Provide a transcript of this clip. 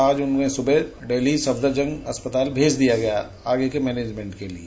आज उन्हें सुबह दिल्ली सफदरगंज अस्पताल भेज दिया गया है आगे के मैनेजमेंट के लिये